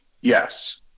Yes